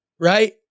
right